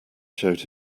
showed